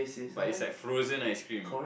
but it's like frozen ice cream